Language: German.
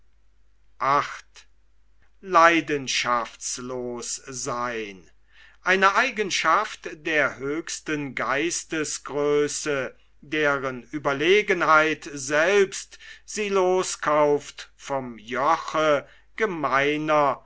eine eigenschaft der höchsten geistesgröße deren ueberlegenheit selbst sie loskauft vom joche gemeiner